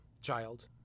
child